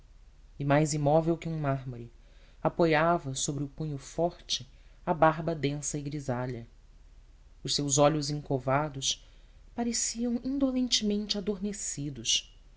e mais imóvel que um mármore apoiava sobre o punho forte a barba densa e grisalha os seus olhos encovados pareciam indolentemente adormecidos